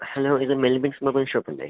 hello ഇത് Melvis mobile ഷോപ്പല്ലേ